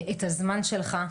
את הזמן שלך,